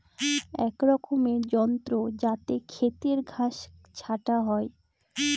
এক রকমের যন্ত্র যাতে খেতের ঘাস ছাটা হয়